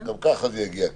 גם ככה זה יגיע כך.